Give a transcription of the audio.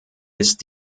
ist